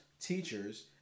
teachers